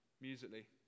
musically